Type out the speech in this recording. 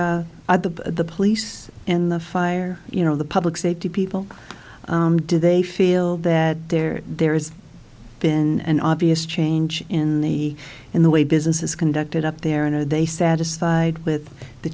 the the police in the fire you know the public safety people do they feel that there there's been an obvious change in the in the way business is conducted up there and are they satisfied with the